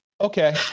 Okay